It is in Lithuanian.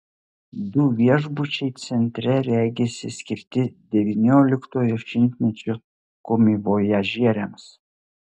du viešbučiai centre regisi skirti devynioliktojo šimtmečio komivojažieriams